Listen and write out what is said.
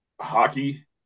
hockey